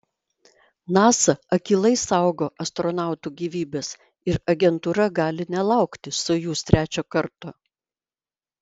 nasa akylai saugo astronautų gyvybes ir agentūra gali nelaukti sojuz trečio karto